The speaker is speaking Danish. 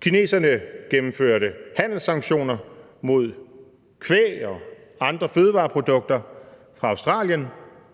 Kineserne gennemførte handelssanktioner mod kvæg- og andre fødevareprodukter fra Australien,